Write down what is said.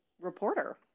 reporter